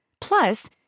Plus